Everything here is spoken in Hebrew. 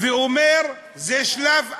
ואומר שזה שלב א'